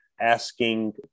asking